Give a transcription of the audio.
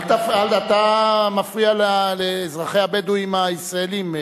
אתה מפריע לאזרחי הבדואים הישראלים,